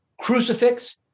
crucifix